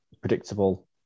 predictable